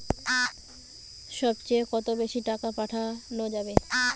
সব চেয়ে কত বেশি টাকা পাঠানো যাবে?